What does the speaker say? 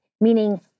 meaning